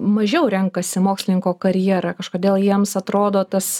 mažiau renkasi mokslininko karjerą kažkodėl jiems atrodo tas